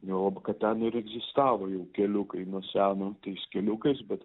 juolab kad ten ir egzistavo jau keliukai nuo seno tais keliukais bet